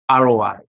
ROI